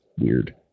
weird